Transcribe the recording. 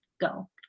go